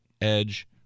edge